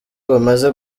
bamaze